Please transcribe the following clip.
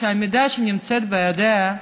שהמידע שנמצא בידיה,